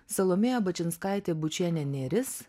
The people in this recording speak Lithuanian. salomėja bačinskaitė bučienė nėris